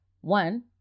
one